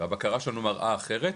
הבקרה שלנו מראה אחרת,